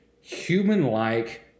human-like